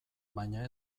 baina